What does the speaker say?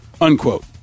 unquote